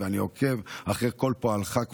ואני עוקב אחרי כל פועלך,